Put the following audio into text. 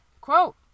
Quote